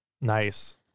Nice